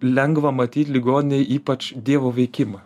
lengva matyt ligoninėj ypač dievo veikimą